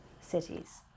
cities